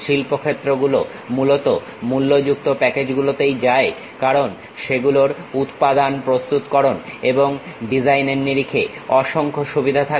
শিল্পক্ষেত্র গুলো মূলত মূল্যযুক্ত প্যাকেজ গুলোতেই যায় কারণ সেগুলোর উপাদান প্রস্তুতকরণ এবং ডিজাইনের নিরিখে অসংখ্য সুবিধা থাকে